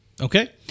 Okay